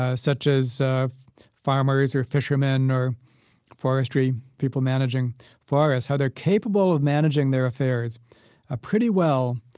ah such as farmers or fishermen or forestry people managing forests, how they're capable of managing their affairs ah pretty well,